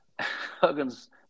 Huggins